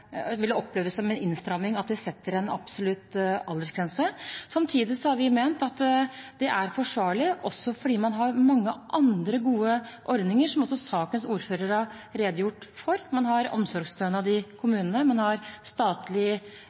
er forsvarlig, også fordi man har mange andre gode ordninger, som også sakens ordfører har redegjort for. Man har omsorgsstønad i kommunene, man har en statlig